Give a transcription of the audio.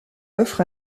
offre